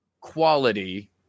quality